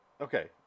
Okay